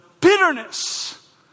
bitterness